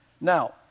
Now